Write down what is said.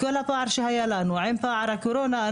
כל הפער שהיה לנו עם פער הקורונה,